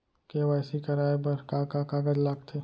KYC कराये बर का का कागज लागथे?